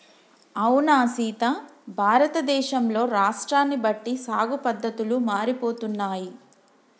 అవునా సీత భారతదేశంలో రాష్ట్రాన్ని బట్టి సాగు పద్దతులు మారిపోతున్నాయి